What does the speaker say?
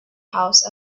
house